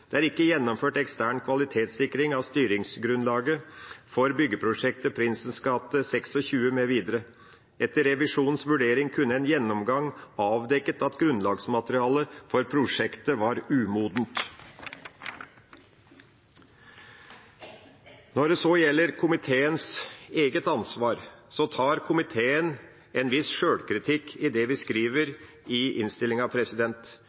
Det er ikke gjennomført ekstern kvalitetssikring av styringsgrunnlaget for byggeprosjektet Prinsens gate 26 mv. Etter revisjonens vurdering kunne en gjennomgang avdekket at grunnlagsmaterialet for prosjektet var umodent. Når det så gjelder komiteens eget ansvar, tar komiteen en viss sjølkritikk i det vi